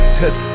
cause